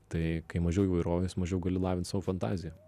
tai kai mažiau įvairovės mažiau gali lavint savo fantaziją